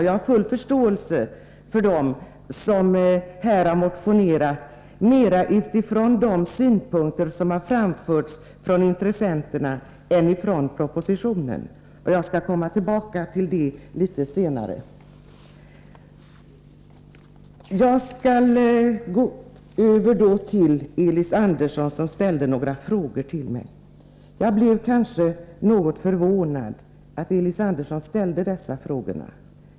Jag har full förståelse för dem som har motionerat mera utifrån de synpunkter som har framförts från intressenterna än utifrån propositionens synsätt. Jag skall komma tillbaka till det litet senare. Elis Andersson ställde några frågor till mig. Jag blev kanske något förvånad över att han ställde de frågorna.